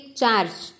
charge